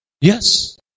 Yes